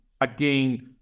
again